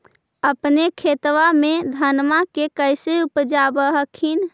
अपने खेतबा मे धन्मा के कैसे उपजाब हखिन?